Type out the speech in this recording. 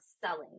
selling